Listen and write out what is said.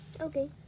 Okay